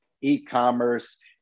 e-commerce